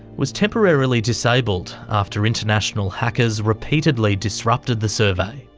was temporarily disabled after international hackers repeatedly disrupted the survey.